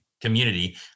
community